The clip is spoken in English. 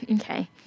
Okay